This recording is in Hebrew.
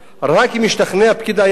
רק אם ישתכנע פקיד היערות